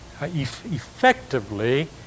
effectively